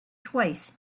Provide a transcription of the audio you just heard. twice